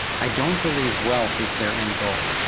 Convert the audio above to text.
i don't believe wealth is their end goal.